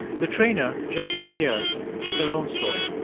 the trainer, jasmine pierce, has her own story.